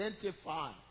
identify